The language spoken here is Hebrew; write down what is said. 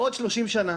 בעוד 30 שנה